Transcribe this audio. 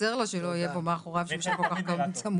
חסר לו שלא יהיה כך אם הוא יושב כל-כך צמוד.